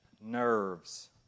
nerves